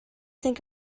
think